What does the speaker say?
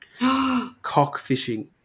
Cockfishing